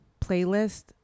playlist